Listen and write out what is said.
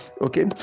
okay